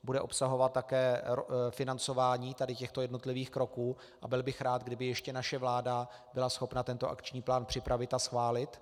Bude obsahovat také financování tady těchto jednotlivých kroků a byl bych rád, kdyby ještě naše vláda byla schopna tento akční plán připravit a schválit.